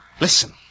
Listen